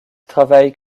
travaille